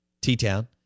T-Town